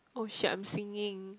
oh shit I'm singing